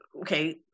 okay